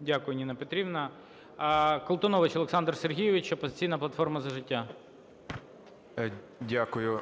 Дякую, Ніна Петрівна. Колтунович Олександр Сергійович, "Опозиційна платформа – За життя". 12:50:14 КОЛТУНОВИЧ О.С. Дякую.